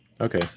Okay